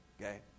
okay